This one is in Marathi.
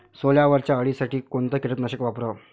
सोल्यावरच्या अळीसाठी कोनतं कीटकनाशक वापराव?